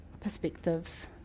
perspectives